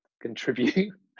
contribute